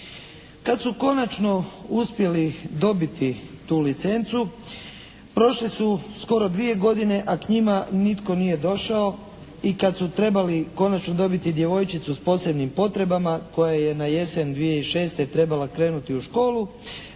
Kad su konačno uspjeli dobiti tu licencu prošle su skoro dvije godine, a k njima nitko nije došao. I kad su trebali konačno dobiti djevojčicu s posebnim potrebama koja je na jesen 2006. trebala krenuti u školu,